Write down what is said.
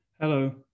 Hello